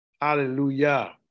Hallelujah